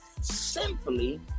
simply